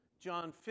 John